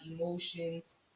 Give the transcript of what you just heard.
emotions